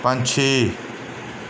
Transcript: ਪੰਛੀ